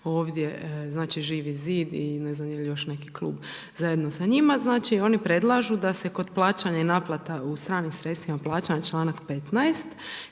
znači, Živi Zid i ne znam je li još neki klub zajedno sa njima, znači, oni predlažu da se kod plaćanja i naplata u stranim sredstvima plaćanja, čl. 15.